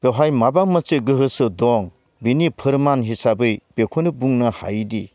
बेवहाय माबा मोनसे गोहोसो दं बिनि फोरमान हिसाबै बेखौनो बुंनो हायोदि